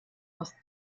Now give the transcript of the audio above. aus